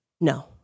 No